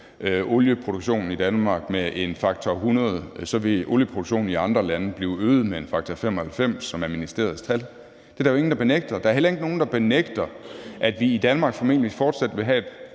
olieproduktionen i Danmark med en faktor 100, så vil olieproduktionen i andre lande blive øget med en faktor 95, som er ministeriets tal. Det er der jo ingen der benægter. Der er heller ikke nogen, der benægter, at vi i Danmark formentlig fortsat vil have